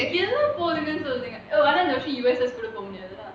ya ஆனா இந்த வருஷம்:aanaa intha varusham U_S_S கு கூட போக முடியாது:ku kooda poga mudiyathu